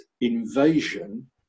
invasion